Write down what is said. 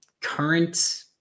current